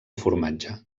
formatge